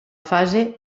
fase